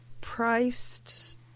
priced